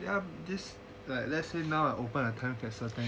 yup um let's say now I open the time capsule